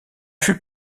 fut